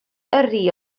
yrru